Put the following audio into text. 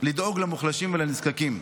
לדאוג למוחלשים ולנזקקים.